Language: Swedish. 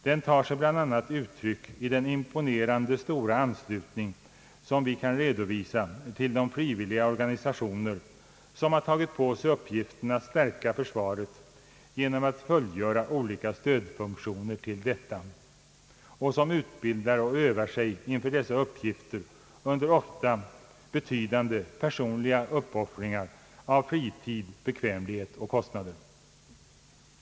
Den tar sig bl.a. uttryck i den imponerande stora anslutning som vi kan redovisa till de frivilliga organisationer som har tagit på sig uppgiften att stärka försvaret genom att fullgöra olika stödfunktioner till detta och som utbildar och övar sig inför dessa uppgifter under ofta betydande personliga uppoffringar av fritid, bekvämlighet och kostnader.